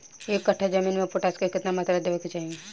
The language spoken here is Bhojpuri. एक कट्ठा जमीन में पोटास के केतना मात्रा देवे के चाही?